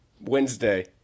Wednesday